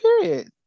period